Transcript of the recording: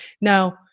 Now